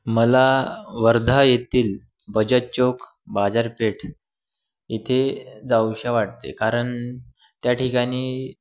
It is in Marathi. मला वर्धा येथील बजाजचौक बाजारपेठ इथे जावंसं वाटते कारण त्या ठिकाणी